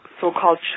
so-called